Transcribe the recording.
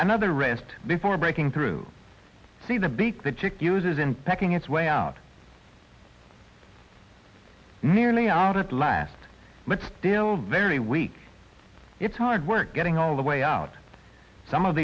another rest before breaking through see the big the chick uses in pecking its way out nearly out at last but still very weak it's hard work getting all the way out some of